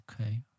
Okay